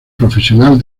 profesional